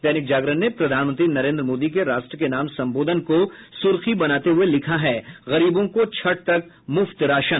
दैनिक जागरण ने प्रधानमंत्री नरेन्द्र मोदी के राष्ट्र के नाम संबोधन को सुर्खी बनाते हुये लिखा है गरीबों को छठ तक मुफ्त राशन